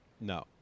No